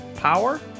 Power